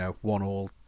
one-all